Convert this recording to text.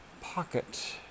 pocket